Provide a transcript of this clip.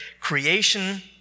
creation